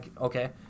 okay